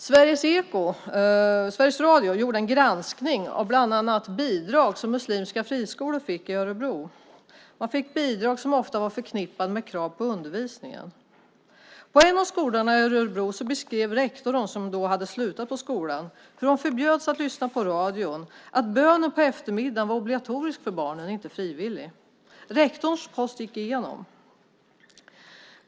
Sveriges Radio gjorde en granskning av bland annat bidrag som muslimska friskolor i Örebro fick. De fick bidrag som ofta var förknippade med krav på undervisningen. När det gäller en av skolorna i Örebro beskrev rektorn, som då hade slutat på skolan, hur de förbjöds att lyssna på radio och att bönen på eftermiddagen var obligatorisk för barnen, inte frivillig. Rektorns post gicks igenom.